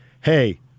hey